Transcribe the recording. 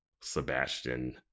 Sebastian